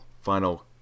final